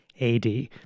AD